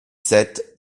sept